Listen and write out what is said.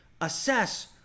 assess